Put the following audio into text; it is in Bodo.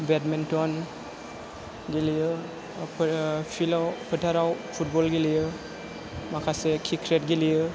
बेदमिन्टन गेलेयो फिल्डआव फोथाराव फुटबल गेलेयो माखासे क्रिकेट गेलेयो